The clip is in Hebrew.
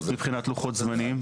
מבחינת לוחות זמנים.